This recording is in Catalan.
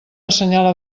assenyala